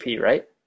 right